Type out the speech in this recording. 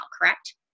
correct